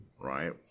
right